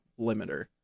limiter